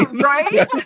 Right